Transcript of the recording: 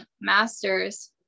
masters